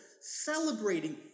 celebrating